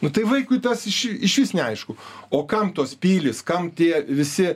nu tai vaikui tas iš išvis neaišku o kam tos pilys kam tie visi